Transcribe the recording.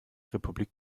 republik